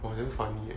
!wah! damn funny